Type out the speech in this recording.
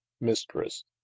Mistress